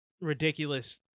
ridiculous